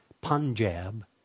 Punjab